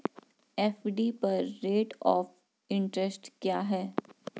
FD पर rate of interest क्या है?